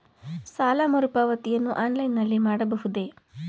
ಸಾಲ ಮರುಪಾವತಿಯನ್ನು ಆನ್ಲೈನ್ ನಲ್ಲಿ ಮಾಡಬಹುದೇ?